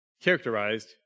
characterized